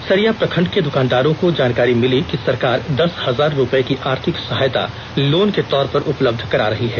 सरिया प्रखंड के दुकानदारों को जानकारी मिली कि सरकार दस हजार रुपये की आर्थिक सहायता लोन के तौर पर उपलब्ध करा रही है